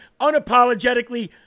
unapologetically